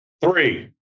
Three